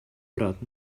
брат